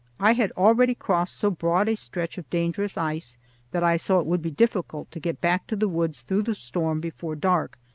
i had already crossed so broad a stretch of dangerous ice that i saw it would be difficult to get back to the woods through the storm, before dark,